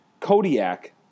Kodiak